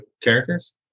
characters